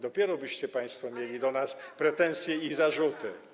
Dopiero byście państwo mieli do nas pretensje i zarzuty.